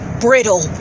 brittle